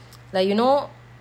like you know